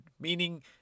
meaning